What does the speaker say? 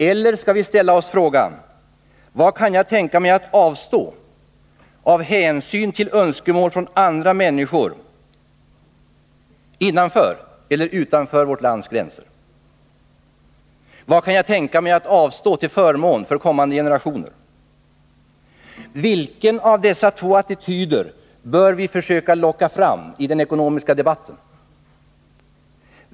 Eller skall vi fråga oss: Vad kan jag tänka mig att avstå av hänsyn till önskemål från andra människor innanför eller Nr 54 utanför vårt lands gränser? Vad kan jag tänka mig att avstå till förmån för kommande generationer? Vilken av dessa två attityder bör vi försöka locka fram i den ekonomiska debatten?